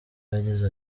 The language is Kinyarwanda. yagize